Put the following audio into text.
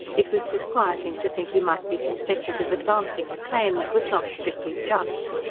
it was disquieting to think he might be suspected of advancing a claim that was not strictly just.